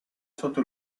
sotto